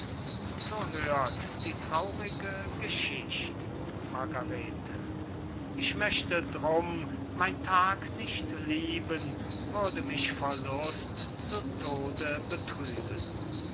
so hört die traurige geschicht margarete ich möchte drum mein tag nicht lieben würde mich verlust zu tode betrüben